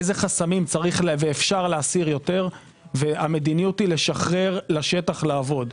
איזה חסמים אפשר להסיר יותר והמדיניות היא לשחרר לשטח לעבוד.